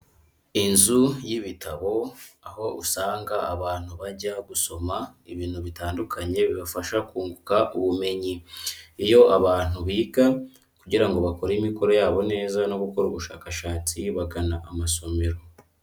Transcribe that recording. Inzu y'ibitabo, aho usanga abantu bajya gusoma ibintu bitandukanye bibafasha kunguka ubumenyi. Iyo abantu biga kugira ngo bakore imikoro yabo neza no gukora ubushakashatsi, bagana amasomero.